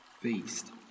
feast